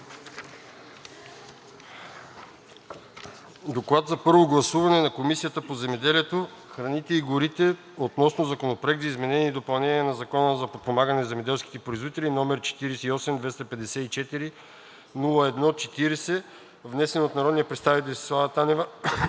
„ДОКЛАД за първо гласуване на Комисията по земеделието, храните и горите относно Законопроект за изменение и допълнение на Закона за подпомагане на земеделските производители, № 48-254-01-40, внесен от народния представител Десислава Танева